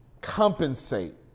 compensate